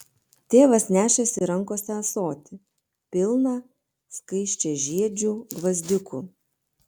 tėvas nešėsi rankose ąsotį pilną skaisčiažiedžių gvazdikų